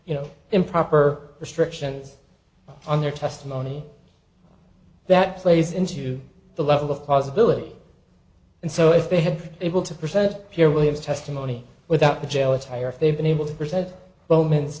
you know improper restrictions on their testimony that plays into the level of possibility and so if they had able to present here williams testimony without the jail attire if they'd been able to present